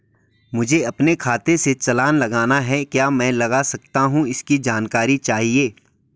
मुझे अपने खाते से चालान लगाना है क्या मैं लगा सकता हूँ इसकी जानकारी चाहिए?